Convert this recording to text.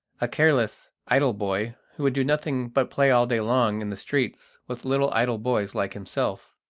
a careless, idle boy who would do nothing but play all day long in the streets with little idle boys like himself.